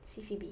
see Phoebe